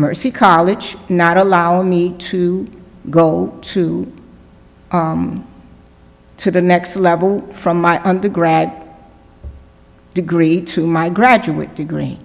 mercy college not allow me to go to to the next level from my undergrad degree to my graduate degree